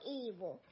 evil